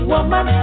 Woman